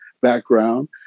background